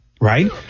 right